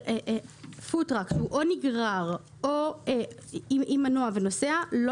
פוד-טראק שהוא או נגרר או עם מנוע ונוסע לא